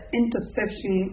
interception